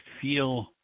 feel